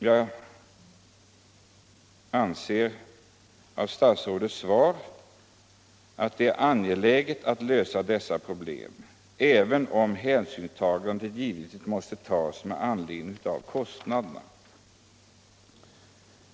Jag anser, på grundval av statsrådets svar, att det är angeläget att lösa dessa problem, även om hänsyn givetvis måste tas till kostnaderna.